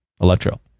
Electro